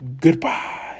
Goodbye